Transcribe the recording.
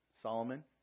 Solomon